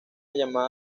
llamada